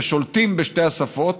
ושולטים בשתי השפות